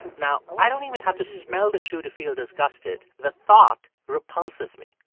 now, i don't even have to smell the shoe to feel disgusted. the thought repulses me.